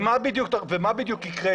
ומה בדיוק יקרה?